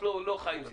אני לא חי עם סיסמאות.